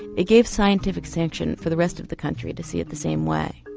it gives scientific sanction for the rest of the country to see it the same way.